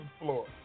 floor